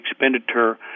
expenditure